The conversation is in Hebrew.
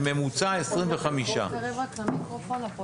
בממוצע 25. בבקשה,